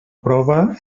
prova